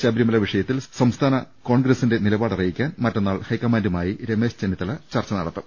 ശബരിമല വിഷയത്തിൽ സംസ്ഥാന കോൺഗ്രസിന്റെ നിലപാടറിയിക്കാൻ മറ്റന്നാൾ ഹൈക്കമാന്റുമായി രമേശ് ചെന്നിത്തല ചർച്ച നടത്തും